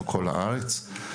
בכל הארץ.